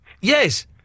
Yes